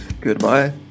Goodbye